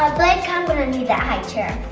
blake, i'm gonna need that high chair.